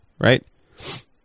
right